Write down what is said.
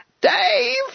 Dave